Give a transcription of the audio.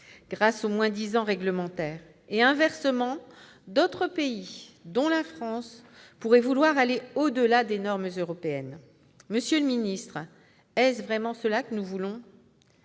grâce au moins-disant réglementaire. Inversement, d'autres pays, dont la France, pourraient vouloir aller au-delà des normes européennes. Monsieur le ministre, est-ce vraiment cela que nous voulons ?